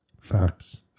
Facts